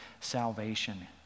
salvation